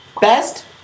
Best